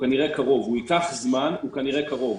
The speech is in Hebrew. הוא ייקח זמן אבל הוא כנראה קרוב.